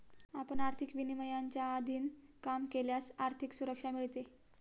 आपण आर्थिक विनियमांच्या अधीन काम केल्यास आर्थिक सुरक्षा मिळते